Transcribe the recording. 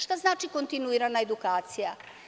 Šta znači kontinuirana edukacija?